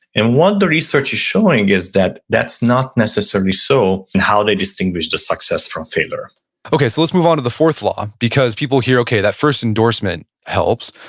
and what the research is showing is that, that's not necessarily so and how they distinguish the success from failure okay so let's move onto the fourth law, because people hear okay, that first endorsement helps,